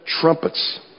trumpets